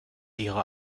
ihrer